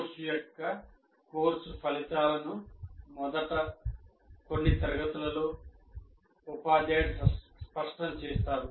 course యొక్క course ఫలితాలను మొదటి కొన్ని తరగతులలో ఉపాధ్యాయుడు స్పష్టం చేస్తారు